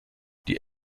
die